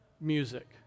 music